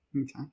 okay